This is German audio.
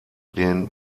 den